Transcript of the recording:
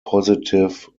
positive